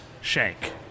shank